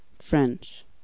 French